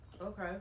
Okay